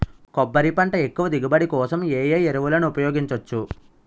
కొబ్బరి పంట ఎక్కువ దిగుబడి కోసం ఏ ఏ ఎరువులను ఉపయోగించచ్చు?